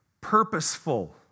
purposeful